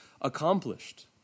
accomplished